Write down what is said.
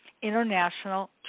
international